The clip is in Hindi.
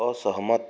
असहमत